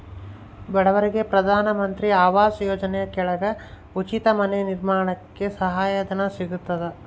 ಬಡವರಿಗೆ ಪ್ರಧಾನ ಮಂತ್ರಿ ಆವಾಸ್ ಯೋಜನೆ ಕೆಳಗ ಉಚಿತ ಮನೆ ನಿರ್ಮಾಣಕ್ಕೆ ಸಹಾಯ ಧನ ಸಿಗತದ